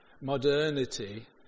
modernity